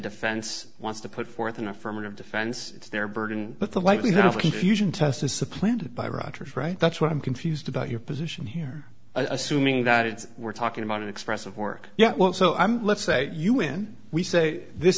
defense wants to put forth an affirmative defense it's their burden but the likelihood of confusion test is supplanted by roger's right that's what i'm confused about your position here assuming that it's we're talking about an expressive work yeah well so i'm let's say you when we say this